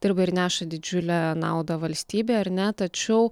dirba ir neša didžiulę naudą valstybei ar ne tačiau